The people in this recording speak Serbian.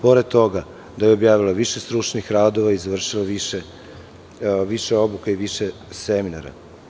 Pored toga je objavila više stručnih radova i završila više obuka i više seminara.